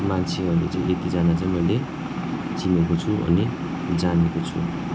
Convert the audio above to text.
मान्छेहरू चाहिँ यतिजना चाहिँ मैले चाहिँ यतिजाना चाहिँ चिनेको छु अनि जानेको छु